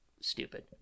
stupid